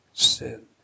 sin